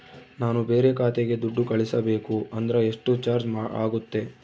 ನಾನು ಬೇರೆ ಖಾತೆಗೆ ದುಡ್ಡು ಕಳಿಸಬೇಕು ಅಂದ್ರ ಎಷ್ಟು ಚಾರ್ಜ್ ಆಗುತ್ತೆ?